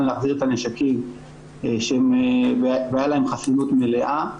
להחזיר את הנשקים והיה להם חסינות מלאה.